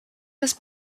was